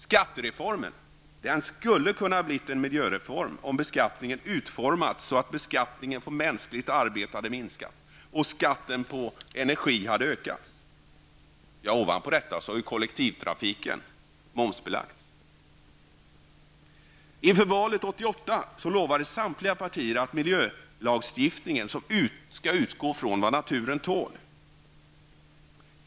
Skattereformen skulle ha kunnat bli en miljöreform om beskattningen utformats så att beskattningen på mänskligt arbete minskats och skatten på energi ökats. Ovanpå detta har kollektivtrafiken momsbelagts. Inför för valet 1988 lovade samtliga partier att miljölagstiftningen skall utgå från vad naturen tål.